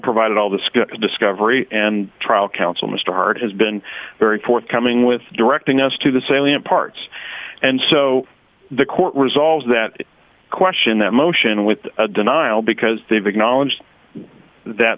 provided all the scope of discovery and trial counsel mr hurd has been very forthcoming with directing us to the salient parts and so the court resolves that question that motion with a denial because they've acknowledged that